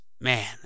man